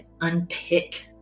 unpick